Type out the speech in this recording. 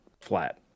flat